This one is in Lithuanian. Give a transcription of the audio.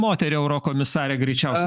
moterį eurokomisare greičiausiai